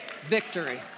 Victory